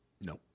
No